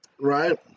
Right